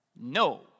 No